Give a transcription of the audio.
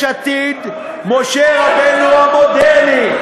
יש עתיד משה רבנו המודרני.